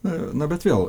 na na bet vėl